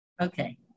Okay